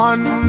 One